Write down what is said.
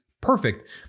perfect